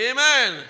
Amen